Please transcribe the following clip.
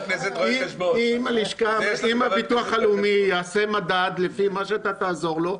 אם ביטוח לאומי יעשה מדד לפי מה שאתה תעזור לו,